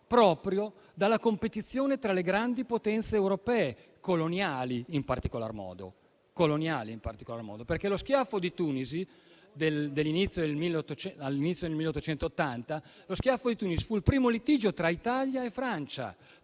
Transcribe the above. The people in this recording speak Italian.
proprio dalla competizione tra le grandi potenze europee, coloniali in particolar modo, perché lo schiaffo di Tunisi del 1881 fu il primo litigio tra Italia e Francia